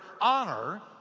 honor